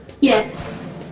Yes